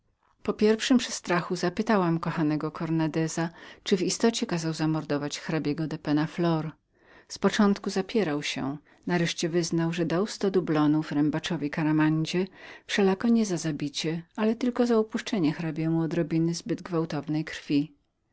po pierwszym przestrachu zapytałem kochanego cornandeza czyli w istocie kazał zamordować hrabiego penna flor z początku zapierał się nareszcie przyznał że dał sto dublonów zbirowi caramanzy wszelako nie za zabicie ale tylko za upuszczenie mu trocha zbyt gwałtownej krwi